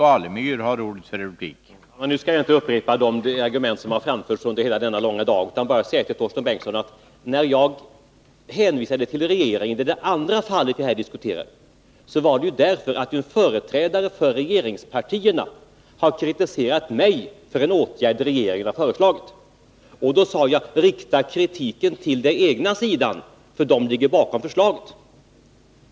Herr talman! Jag skall inte upprepa de argument som framförts under hela denna långa debatt. Jag vill bara säga till Torsten Bengtson: När jag hänvisade till regeringen i det andra fallet som vi diskutera var det därför att en företrädare för regeringspartierna kritiserade mig för en åtgärd som regeringen föreslagit. Då sade jag: Rikta kritiken mot den egna sidan, för det är den som ligger bakom förslaget!